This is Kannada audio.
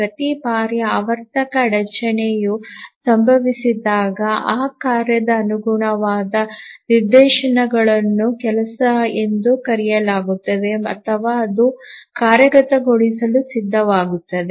ಪ್ರತಿ ಬಾರಿ ಆವರ್ತಕ ಅಡಚಣೆಯು ಸಂಭವಿಸಿದಾಗ ಆ ಕಾರ್ಯದ ಅನುಗುಣವಾದ ನಿದರ್ಶನವನ್ನು ಕೆಲಸ ಎಂದು ಕರೆಯಲಾಗುತ್ತದೆ ಅಥವಾ ಅದು ಕಾರ್ಯಗತಗೊಳಿಸಲು ಸಿದ್ಧವಾಗುತ್ತದೆ